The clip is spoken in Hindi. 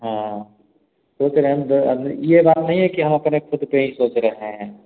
हाँ सोच रहे जो आदमी ये बात नहीं है कि हम अपने ख़ुद पर ही सोच रहे हैं